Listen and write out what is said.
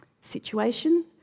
situation